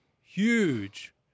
huge